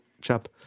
chap